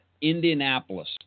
Indianapolis